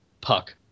Puck